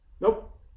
Nope